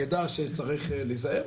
ידע שצריך להיזהר,